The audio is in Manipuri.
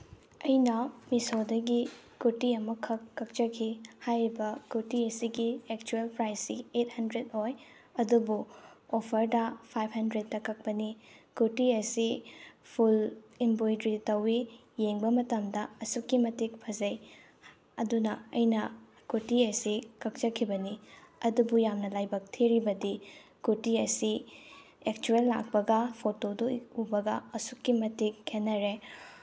ꯑꯩꯅ ꯃꯤꯁꯣꯗꯒꯤ ꯀꯨꯔꯇꯤ ꯑꯃꯈꯛ ꯀꯛꯆꯈꯤ ꯍꯥꯏꯔꯤꯕ ꯀꯨꯔꯇꯤ ꯑꯁꯤꯒꯤ ꯑꯦꯛꯆꯨꯋꯦꯜ ꯄ꯭ꯔꯥꯏꯖꯁꯤ ꯑꯦꯠ ꯍꯟꯗ꯭ꯔꯦꯠ ꯑꯣꯏ ꯑꯗꯨꯕꯨ ꯑꯣꯐꯔꯗ ꯐꯥꯏꯚ ꯍꯟꯗ꯭ꯔꯦꯠꯇ ꯀꯛꯄꯅꯤ ꯀꯨꯔꯇꯤ ꯑꯁꯤ ꯐꯨꯜ ꯏꯝꯕ꯭ꯔꯣꯏꯗ꯭ꯔꯤ ꯇꯧꯏ ꯌꯦꯡꯕ ꯃꯇꯝꯗ ꯑꯁꯨꯛꯀꯤ ꯃꯇꯤꯛ ꯐꯖꯩ ꯑꯗꯨꯅ ꯑꯩꯅ ꯀꯨꯔꯇꯤ ꯑꯁꯤ ꯀꯛꯆꯈꯤꯕꯅꯤ ꯑꯗꯨꯕꯨ ꯌꯥꯝꯅ ꯂꯥꯏꯕꯛ ꯊꯤꯔꯤꯕꯗꯤ ꯀꯨꯔꯇꯤ ꯑꯁꯤ ꯑꯦꯛꯆꯨꯋꯦꯜ ꯂꯥꯛꯄꯒ ꯐꯣꯇꯣꯗꯣ ꯎꯕꯗꯒ ꯑꯁꯨꯛꯀꯤ ꯃꯇꯤꯛ ꯈꯦꯟꯅꯔꯦ